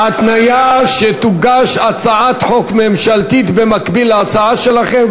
ההתניה שתוגש הצעת חוק ממשלתית במקביל להצעה שלכם,